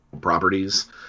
properties